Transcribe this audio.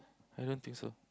I don't think so